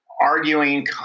arguing